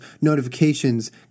notifications